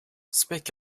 speak